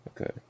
okay